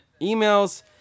emails